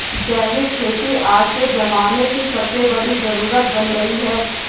जैविक खेती आज के ज़माने की सबसे बड़ी जरुरत बन गयी है